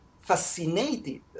fascinated